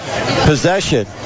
possession